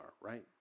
right